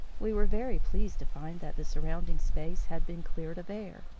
we were very pleased to find that the surrounding space had been cleared of air,